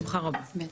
בשמחה רבה.